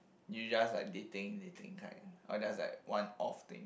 you just like dating dating kind or just like one off thing